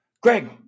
Greg